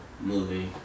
Movie